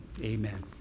Amen